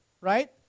Right